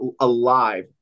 alive